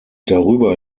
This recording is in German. darüber